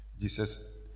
Jesus